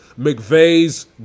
McVeigh's